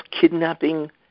kidnapping